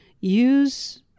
use